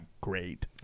great